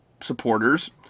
supporters